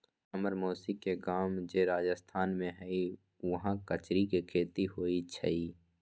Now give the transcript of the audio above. हम्मर मउसी के गाव जे राजस्थान में हई उहाँ कचरी के खेती होई छई